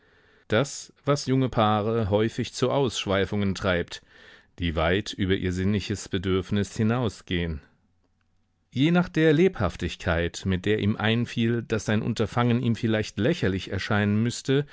das was junge paare häufig zu ausschweifungen treibt die weit über ihr sinnliches bedürfnis hinausgehen je nach der lebhaftigkeit mit der ihm einfiel daß sein unterfangen ihm vielleicht lächerlich erscheinen müßte